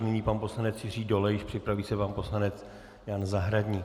Nyní pan poslanec Jiří Dolejš, připraví se pan poslanec Jan Zahradník.